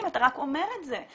אתה רק אומר את זה.